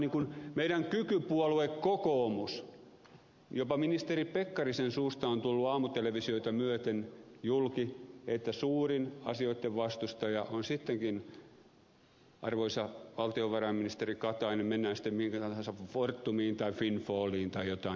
niin kuin kykypuolue kokoomus jopa ministeri pekkarisen suusta on tullut aamutelevisioita myöten julki että suurin asioitten vastustaja on sittenkin arvoisa valtiovarainministeri katainen mennään sitten mihinkä tahansa fortumiin tai windfalliin tai jotain tämän kaltaista